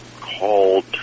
called